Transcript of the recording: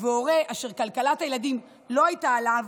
והורה אשר כלכלת הילדים לא הייתה עליו